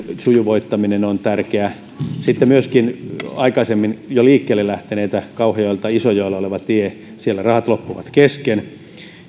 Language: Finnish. sujuvoittaminen on tärkeää sitten on myöskin jo aikaisemmin liikkeelle lähteneitä kauhajoelta isojoelle menevä tie siellä rahat loppuivat kesken